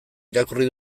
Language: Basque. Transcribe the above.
irakurri